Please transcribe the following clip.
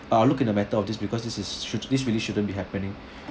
I'll look into the matter of this because this is shou~ this really shouldn't be happening